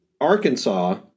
Arkansas